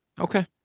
Okay